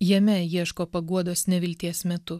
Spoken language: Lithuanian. jame ieško paguodos nevilties metu